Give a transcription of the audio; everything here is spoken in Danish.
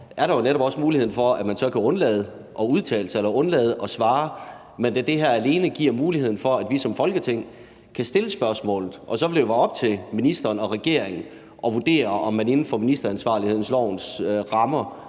er der jo også muligheden for, at man så kan undlade at udtale sig eller undlade at svare, og at det her alene giver muligheden for, at vi som Folketing kan stille spørgsmål, og så vil det være op til ministeren og regeringen at vurdere, om man inden for ministeransvarlighedslovens rammer